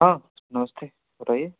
हाँ नमस्ते बताइए